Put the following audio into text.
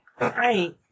Right